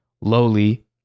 lowly